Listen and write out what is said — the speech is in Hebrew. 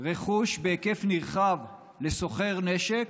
רכוש בהיקף נרחב לסוחר נשק,